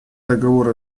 договор